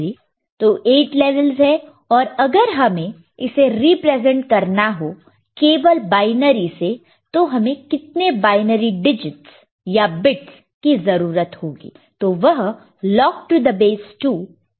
तो 8 लेवल्स है और अगर हमें इसे रिप्रेजेंट करना हो केवल बायनरी से तो हमें कितने बायनरी डिजिटस या बिट्स की जरूरत होगी तो वह log2𝑁 है